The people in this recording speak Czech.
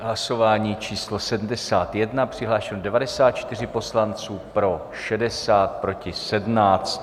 Hlasování číslo 71, přihlášeno 94 poslanců, pro 60, proti 17.